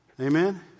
Amen